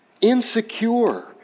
insecure